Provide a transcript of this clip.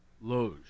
Loge